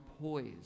poised